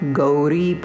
Gauri